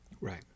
right